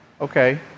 Okay